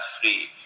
free